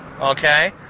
Okay